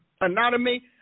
anatomy